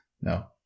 No